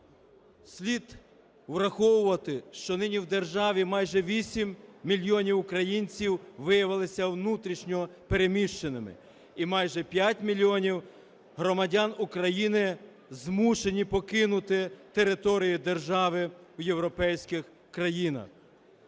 Слід враховувати, що нині в державі майже 8 мільйонів українців виявилися внутрішньо переміщеними і майже 5 мільйонів громадян України змушені покинути територію держави в європейських країнах.